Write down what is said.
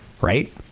right